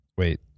wait